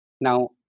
Now